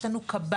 יש לנו קב"ניות,